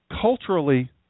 culturally